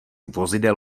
vozidel